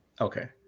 Okay